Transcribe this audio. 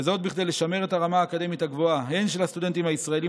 וזאת כדי לשמר את הרמה האקדמית הגבוהה הן של הסטודנטים הישראלים